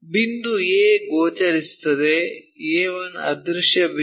ಬಿಂದು A ಗೋಚರಿಸುತ್ತದೆ A 1 ಅದೃಶ್ಯ ಬಿಂದು